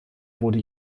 wurde